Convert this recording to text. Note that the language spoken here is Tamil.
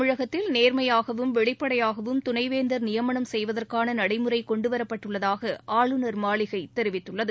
தமிழகத்தில் நேர்மையாகவும் வெளிப்படையாகவும் துணைந்தர் நியமனம் செய்வதற்கானநடைமுறைகொண்டுவரப்பட்டுஉள்ளதாகஆளுநர் மாளிகைதெரிவித்துள்ளது